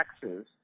taxes